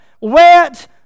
wet